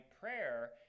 prayer